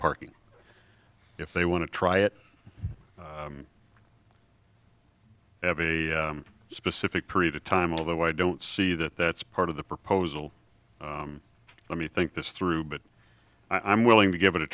parking if they want to try it have a specific period of time although i don't see that that's part of the proposal let me think this through but i'm willing to give it a